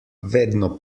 vedno